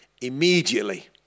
Immediately